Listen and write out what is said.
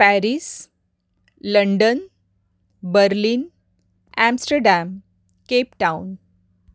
Paris London Berlin Amsterdam Cape Town